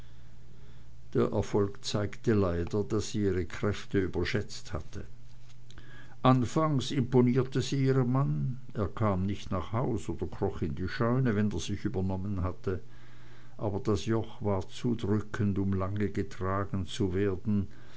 der erfolg zeigte leider daß sie ihre kräfte überschätzt hatte anfangs imponierte sie ihrem manne er kam nicht nach haus oder kroch in die scheune wenn er sich übernommen hatte aber das joch war zu drückend um lange getragen zu werden